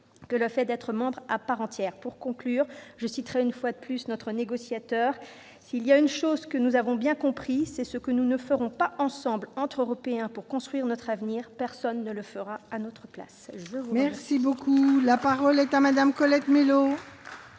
que le fait d'être membre à part entière. Pour conclure, je citerai une fois de plus notre négociateur :« Il y a une chose que j'ai comprise, c'est que ce que nous ne ferons pas ensemble, entre Européens, pour construire notre avenir, personne ne le fera à notre place. » Très bien ! La parole est à Mme Colette Mélot.